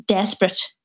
Desperate